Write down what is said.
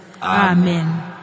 Amen